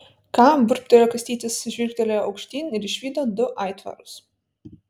ką burbtelėjo kastytis žvilgtelėjo aukštyn ir išvydo du aitvarus